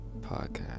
podcast